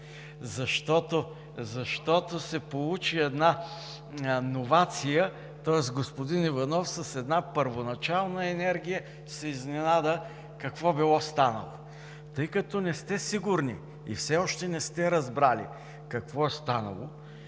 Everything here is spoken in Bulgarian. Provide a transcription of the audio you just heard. защото се получи една новация, тоест господин Иванов с една първоначална енергия се изненада какво било станало. Тъй като не сте сигурни и все още не сте разбрали какво е станало,